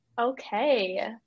Okay